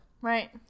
Right